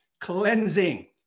cleansing